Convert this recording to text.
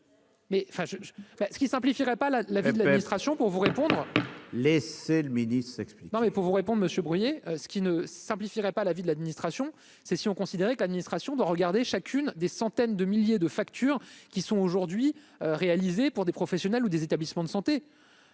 ce qui simplifierait pas la la vie de l'administration pour vous répondre les c'est le non mais pour vous répondre Monsieur Bruillet ce qui ne simplifierait pas la vie de l'administration, c'est si on considérait que l'administration de regarder chacune des centaines de milliers de factures qui sont aujourd'hui réalisés pour des professionnels ou des établissements de santé,